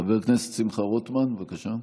חבר הכנסת שמחה רוטמן, בבקשה.